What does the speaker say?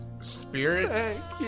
spirits